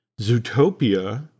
Zootopia